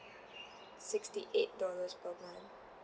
sixty eight dollars per month